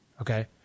Okay